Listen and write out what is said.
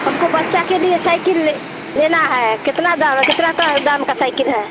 हमको बच्चे के लिए सइकिल ले लेना है कितना दाम है कितना का दाम का सइकिल है